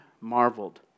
marveled